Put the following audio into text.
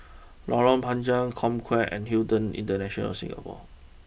Lorong Panchar Comcare and Hilton International Singapore